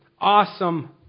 awesome